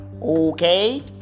okay